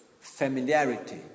familiarity